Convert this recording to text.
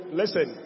listen